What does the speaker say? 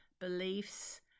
beliefs